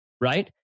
Right